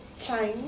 China